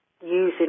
using